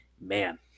man